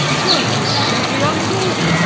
don't be angry, uncle.